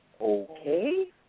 okay